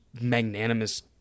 magnanimous